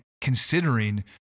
considering